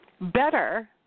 Better